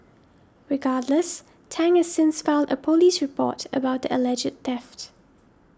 regardless Tang has since filed a police report about the alleged theft